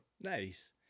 Nice